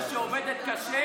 אתה לא חייב לעצור.